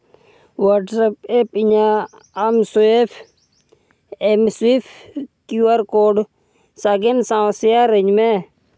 WhatsApp app ᱤᱧᱟᱹᱜ ᱟᱢᱮᱢᱥᱩᱭᱮᱯ ᱮᱢᱥᱩᱭᱤᱯ ᱠᱤᱭᱩ ᱟᱨ ᱠᱳᱰ ᱥᱟᱜᱮᱱ ᱥᱟᱶ ᱥᱮᱭᱟᱨᱟᱹᱧ ᱢᱮ